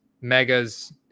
Megas